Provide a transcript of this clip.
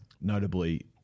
notably